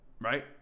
Right